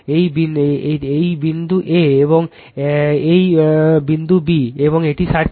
এই বিন্দু A এবং এই বিন্দু B এবং এটি সার্কিট